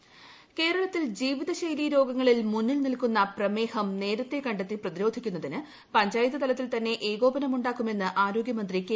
ശൈലിജ് ഇൻട്രോ കേരളത്തിൽ ജീവിത ശ്രെലീരോഗങ്ങളിൽ മുന്നിൽ നിൽക്കുന്ന പ്രമേഹം നേരത്തെ കണ്ടെത്തി പ്രതിരോധിക്കുന്നതിന് പഞ്ചായത്ത് തലത്തിൽ തന്നെ ഏകോപനമുണ്ടാകുമെന്ന് ആരോഗ്യമന്ത്രി കെ